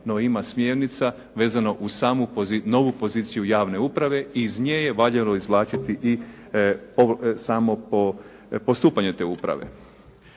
no ima smjernica vezano uz samu, novu poziciju javne uprave i iz nje je valjalo izvlačiti i samo postupanje te uprave.